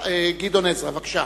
גדעון עזרא, בבקשה,